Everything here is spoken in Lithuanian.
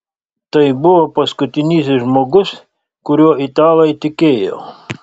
tai buvo paskutinysis žmogus kuriuo italai tikėjo